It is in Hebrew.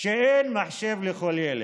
שאין מחשב לכל ילד,